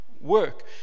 work